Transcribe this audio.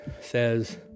says